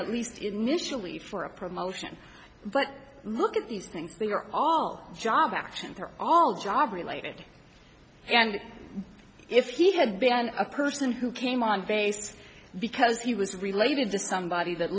at least initially for a promotion but look at these things they are all job action they're all job related and if he had been a person who came on base because he was related to somebody that